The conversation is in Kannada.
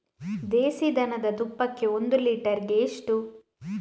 ದೇಸಿ ದನದ ತುಪ್ಪಕ್ಕೆ ಒಂದು ಲೀಟರ್ಗೆ ಎಷ್ಟು?